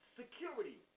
security